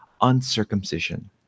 uncircumcision